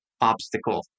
obstacle